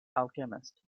alchemist